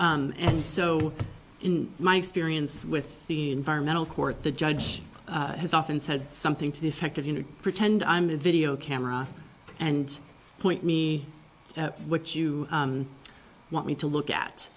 and so in my experience with the environmental court the judge has often said something to the effect of you know pretend i'm a video camera and point me what you want me to look at